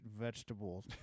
vegetables